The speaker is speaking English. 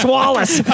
Wallace